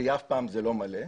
ואף פעם זה לא מלא,